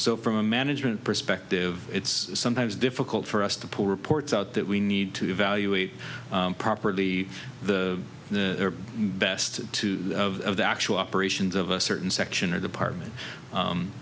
so from a management perspective it's sometimes difficult for us to pull reports out that we need to evaluate properly the best to the actual operations of a certain section or department